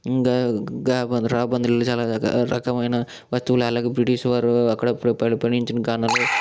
ఇంగా గాబందు రాబందులు చాలా రకమైన వస్తువులు అలాగే బ్రిటిష్ వారు అక్కడ అప్పుడు పరిపాలించిన